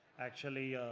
actually